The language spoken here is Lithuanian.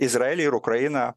izraelį ir ukrainą